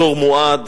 שור מועד